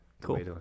Cool